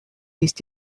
used